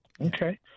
okay